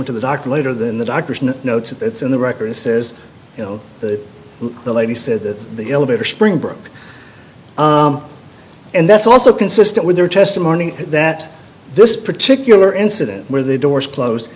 went to the doctor later than the doctor's notes and that's in the records says you know the the lady said that the elevator springbrook and that's also consistent with their testimony that this particular incident where the doors close